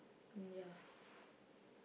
ya